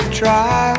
try